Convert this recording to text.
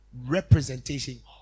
representation